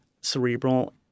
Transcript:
cerebral